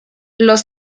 los